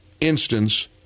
instance